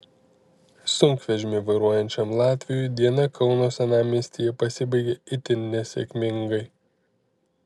sunkvežimį vairuojančiam latviui diena kauno senamiestyje pasibaigė itin nesėkmingai